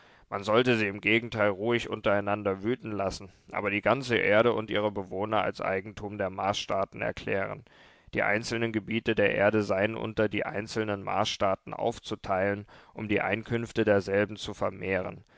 man solle sie im gegenteil ruhig untereinander wüten lassen aber die ganze erde und ihre bewohner als eigentum der marsstaaten erklären die einzelnen gebiete der erde seien unter die einzelnen marsstaaten aufzuteilen um die einkünfte derselben zu vermehren